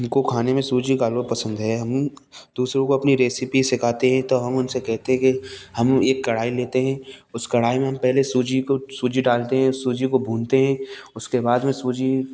हमको खाने में सूजी का हलवा पसंद है हम दूसरों को अपनी रेसिपी सिखाते हैं तो हम उनसे कहते हैं कि हम एक कढाई लेते हैं उस कढ़ाई में हम पहले सूजी को सूजी डालते हैं सूजी को भूनते हैं उसके बाद में सूजी